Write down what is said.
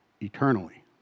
eternally